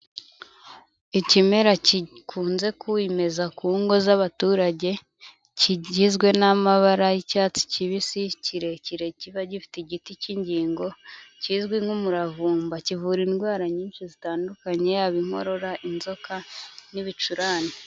Ikimera gikunze kwimeza ku ngo z'abaturage, kigizwe n'amabara y'icyatsi kibisi kirekire kiba gifite igiti k'ingingo, kizwi nk'umuravumba, kivura indwara nyinshi zitandukanye, yaba inkorora, inzoka n'ibicurane.